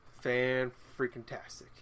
Fan-freaking-tastic